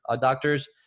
doctors